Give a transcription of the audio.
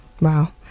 Wow